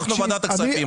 אנחנו ועדת הכספים.